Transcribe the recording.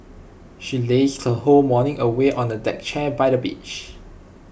she lazed her whole morning away on A deck chair by the beach